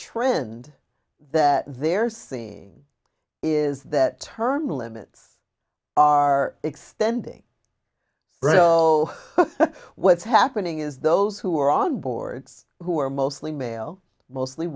trend that they're saying is that term limits are extending what's happening is those who are on boards who are mostly male mostly